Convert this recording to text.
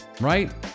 right